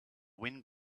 wind